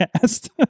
cast